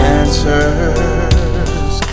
answers